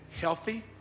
healthy